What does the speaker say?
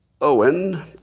Owen